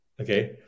Okay